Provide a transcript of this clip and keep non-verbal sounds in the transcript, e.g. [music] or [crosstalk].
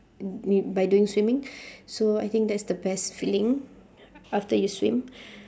m~ m~ by doing swimming so I think that's the best feeling after you swim [breath]